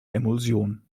emulsion